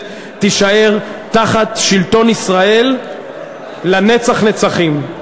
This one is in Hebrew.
תישאר תחת שלטון ישראל לנצח נצחים.